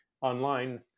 online